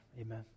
Amen